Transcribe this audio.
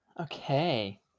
Okay